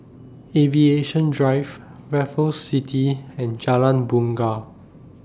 Aviation Drive Raffles City and Jalan Bungar